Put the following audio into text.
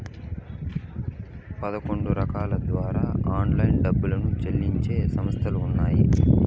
పదకొండు రకాల ద్వారా ఆన్లైన్లో డబ్బులు చెల్లించే సంస్థలు ఉన్నాయి